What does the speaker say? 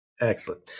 excellent